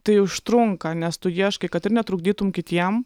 tai užtrunka nes tu ieškai kad ir netrukdytum kitiem